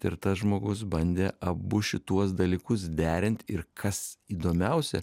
ir tas žmogus bandė abu šituos dalykus derint ir kas įdomiausia